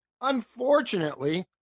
Unfortunately